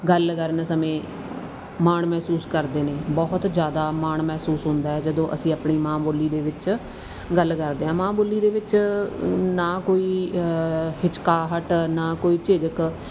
ਗੱਲ ਕਰਨ ਸਮੇਂ ਮਾਣ ਮਹਿਸੂਸ ਕਰਦੇ ਨੇ ਬਹੁਤ ਜ਼ਿਆਦਾ ਮਾਣ ਮਹਿਸੂਸ ਹੁੰਦਾ ਜਦੋਂ ਅਸੀਂ ਆਪਣੀ ਮਾਂ ਬੋਲੀ ਦੇ ਵਿੱਚ ਗੱਲ ਕਰਦੇ ਹਾਂ ਮਾਂ ਬੋਲੀ ਦੇ ਵਿੱਚ ਨਾ ਕੋਈ ਹਿਚਕਚਾਹਟ ਨਾ ਕੋਈ ਝਿਜਕ